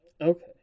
Okay